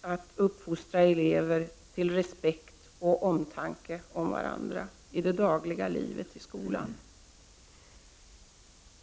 att uppfostra elever till respekt och omtanke om varandra i det dagliga livet i skolan.